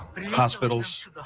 hospitals